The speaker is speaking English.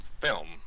film